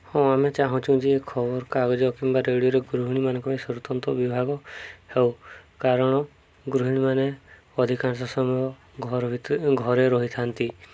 ହଁ ଆମେ ଚାହୁଁଛୁ ଯେ ଖବରକାଗଜ କିମ୍ବା ରେଡ଼ିଓରେ ଗୃହିଣୀମାନଙ୍କ ପାଇଁ ସ୍ୱତନ୍ତ୍ର ବିଭାଗ ହେଉ କାରଣ ଗୃହିଣୀମାନେ ଅଧିକାଂଶ ସମୟ ଘର ଭିତରେ ଘରେ ରହିଥାନ୍ତି